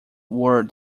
were